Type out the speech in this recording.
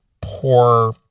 poor